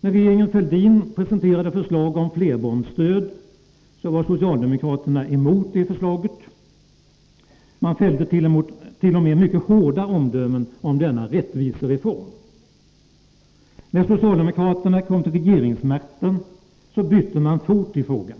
När regeringen Fälldin presenterade förslag om flerbarnsstöd var socialdemokra 43 terna emot det förslaget. Man fällde t.o.m. mycket hårda omdömen om denna rättvisereform. När socialdemokraterna kom till regeringsmakten bytte man fot i frågan.